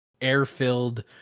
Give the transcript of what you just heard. air-filled